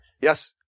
Yes